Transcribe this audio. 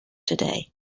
today